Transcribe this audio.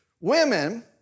Women